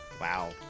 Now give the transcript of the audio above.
Wow